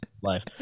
life